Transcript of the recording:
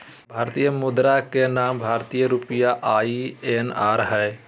भारतीय मुद्रा के नाम भारतीय रुपया आई.एन.आर हइ